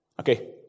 Okay